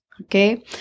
Okay